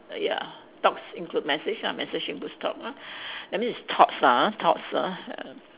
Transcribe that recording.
ya talks include message ah message includes talk lah that mean it's talks ah talks ah ya